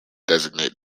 designate